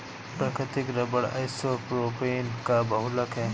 प्राकृतिक rubber isopropene का बहुलक है